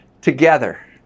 together